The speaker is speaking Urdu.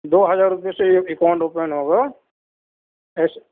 دو ہزار روپے سے ایک اکاؤنٹ اوپن ہوگا ایسے